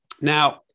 Now